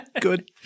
Good